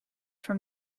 from